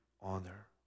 honor